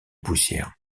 poussière